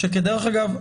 שדרך אגב,